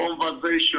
conversation